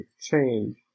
change